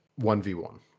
1v1